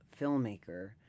filmmaker